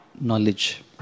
Knowledge